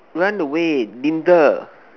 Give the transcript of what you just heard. run away Linda